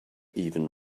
even